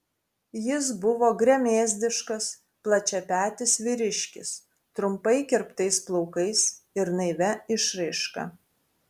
jis buvo gremėzdiškas plačiapetis vyriškis trumpai kirptais plaukais ir naivia išraiška